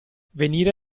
venire